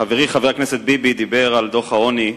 חברי חבר הכנסת ביבי דיבר על דוח העוני,